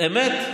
אמת.